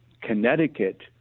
Connecticut